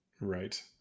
Right